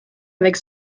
avec